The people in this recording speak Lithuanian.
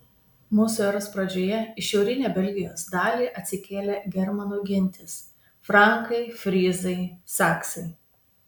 mūsų eros pradžioje į šiaurinę belgijos dalį atsikėlė germanų gentys frankai fryzai saksai